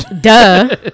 duh